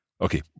Okay